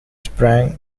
sprang